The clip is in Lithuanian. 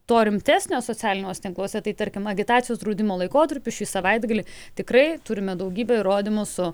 to rimtesnio socialiniuose tinkluose tai tarkim agitacijos draudimo laikotarpiu šį savaitgalį tikrai turime daugybę įrodymų su